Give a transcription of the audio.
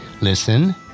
listen